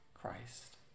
Christ